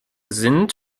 sind